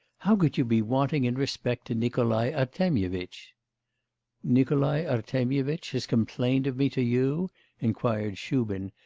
how could you be wanting in respect to nikolai artemyevitch nikolai artemyevitch has complained of me to you inquired shubin,